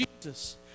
Jesus